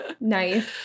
nice